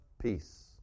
Peace